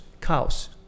cows